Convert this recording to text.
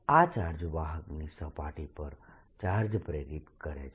આ ચાર્જ વાહકની સપાટી પર ચાર્જ પ્રેરિત કરે છે